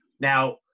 Now